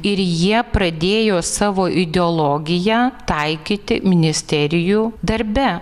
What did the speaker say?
ir jie pradėjo savo ideologiją taikyti ministerijų darbe